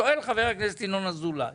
שואל חבר הכנסת אזולאי